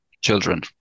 children